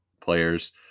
players